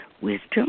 wisdom